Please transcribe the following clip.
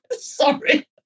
Sorry